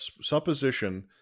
supposition